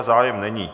Zájem není.